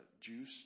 juice